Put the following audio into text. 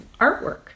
artwork